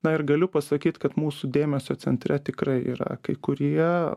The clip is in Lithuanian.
na ir galiu pasakyt kad mūsų dėmesio centre tikrai yra kai kurie